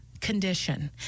condition